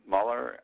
Mueller